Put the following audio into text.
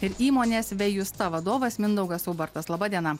ir įmonės vėjusta vadovas mindaugas ubartas laba diena